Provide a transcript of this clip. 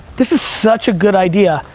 this is such a good idea.